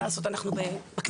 מה לעשות אנחנו בכנסת,